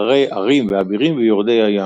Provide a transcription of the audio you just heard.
אחרי ערים ואבירים ויורדי הים.